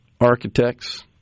architects